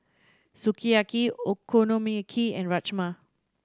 Sukiyaki Okonomiyaki and Rajma